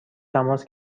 تماس